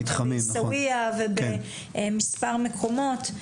במספר מקומות.